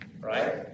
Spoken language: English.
right